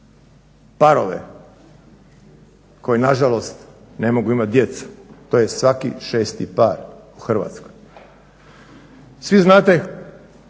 parove koji nažalost ne mogu imati djecu. To je svaki šesti par u Hrvatskoj. Svi znate